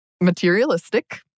materialistic